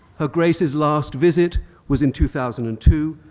her grace's last visit was in two thousand and two,